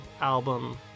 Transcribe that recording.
album